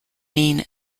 mean